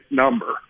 number